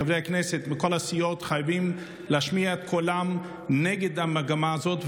חברי הכנסת מכל הסיעות חייבים להשמיע את קולם נגד המגמה הזאת,